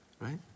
right